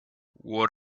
what